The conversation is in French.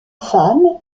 femme